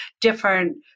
different